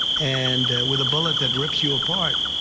and with a bullet that rips you apart.